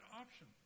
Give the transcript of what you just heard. option